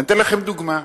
אתן לכם דוגמה: